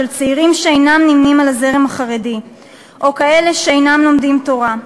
של צעירים שאינם נמנים עם הזרם החרדי או כאלה שאינם לומדים תורה.